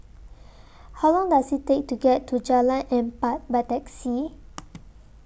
How Long Does IT Take to get to Jalan Empat By Taxi